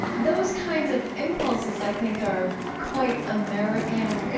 those kinds of impulses i think are quite american,